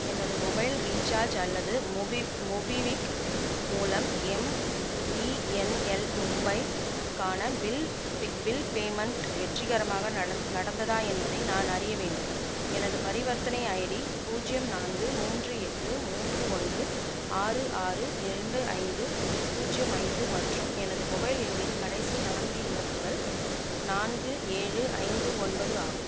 எனது mobile recharge அல்லது மொபி மொபிவிக் மூலம் எம்டிஎன்எல் மும்பைக்கான பில் பெ பில் பேமெண்ட் வெற்றிகரமாக நடந் நடந்ததா என்பதை நான் அறிய வேண்டும் எனது பரிவர்த்தனை ஐடி பூஜ்யம் நான்கு மூன்று எட்டு மூன்று ஒன்று ஆறு ஆறு இரண்டு ஐந்து பூஜ்யம் ஐந்து மற்றும் எனது மொபைல் எண்ணின் கடைசி நான்கு இலக்குகள் நான்கு ஏழு ஐந்து ஒன்பது ஆகும்